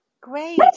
Great